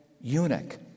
eunuch